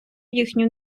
їхню